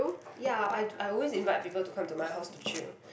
ya I d~ I always invite people to come to my house to chill